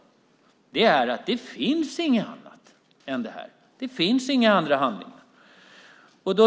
Det svar vi har fått är att det inte finns några andra handlingar.